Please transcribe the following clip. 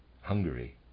Hungary